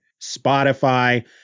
Spotify